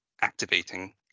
activating